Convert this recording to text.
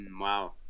Wow